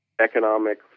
economic